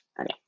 Okay